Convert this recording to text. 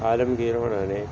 ਆਲਮਗੀਰ ਹੋਰਾਂ ਨੇ